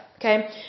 Okay